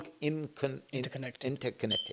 interconnected